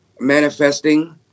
Manifesting